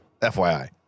FYI